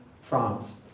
France